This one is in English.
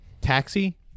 taxi